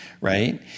right